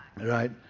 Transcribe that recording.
Right